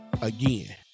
again